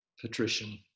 patrician